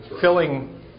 filling